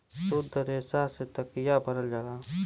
सुद्ध रेसा से तकिया भरल जाला